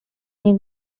nie